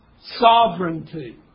sovereignty